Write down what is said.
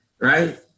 right